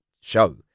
show